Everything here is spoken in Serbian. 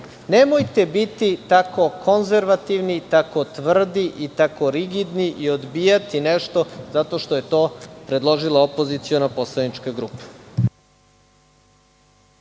Nemojte biti tako konzervativni, tako tvrdi i tako rigidni i odbijati nešto zato što je to predložila opoziciona poslanička grupa.